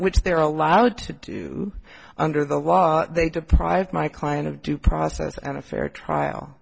which they're allowed to do under the law they deprived my client of due process and a fair trial